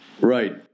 Right